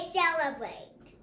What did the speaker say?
celebrate